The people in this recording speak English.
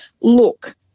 look